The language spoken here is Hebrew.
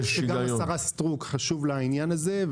גם לשרה סטרוק חשוב העניין הזה,